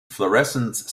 fluorescence